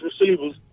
receivers